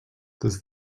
does